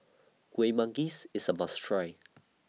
Kueh Manggis IS A must Try